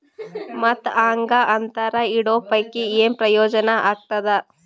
ಮತ್ತ್ ಹಾಂಗಾ ಅಂತರ ಇಡೋ ಪೈಕಿ, ಏನ್ ಪ್ರಯೋಜನ ಆಗ್ತಾದ?